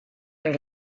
est